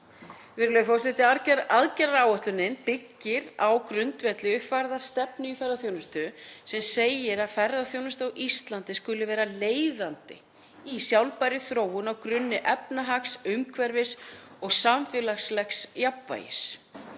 til ársins 2030. Aðgerðaáætlunin byggist á grundvelli uppfærðrar stefnu í ferðaþjónustu sem segir að ferðaþjónusta á Íslandi skuli vera leiðandi í sjálfbærri þróun á grunni efnahags, umhverfis og samfélagslegs jafnvægis.